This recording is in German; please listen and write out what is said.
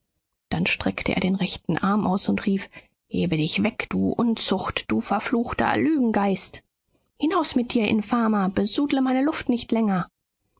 dann streckte er den rechten arm aus und rief hebe dich weg du unzucht du verfluchter lügengeist hinaus mit dir infamer besudle meine luft nicht länger